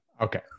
Okay